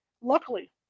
Luckily